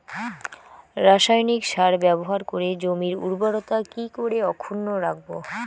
রাসায়নিক সার ব্যবহার করে জমির উর্বরতা কি করে অক্ষুণ্ন রাখবো